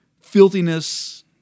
filthiness